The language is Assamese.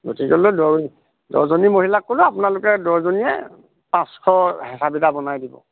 গতিকলৈ দহ দহজনী মহিলাক ক'লে আপোনালোকে দহজনীয়ে পাঁচশ হেঁচাপিঠা বনাই দিব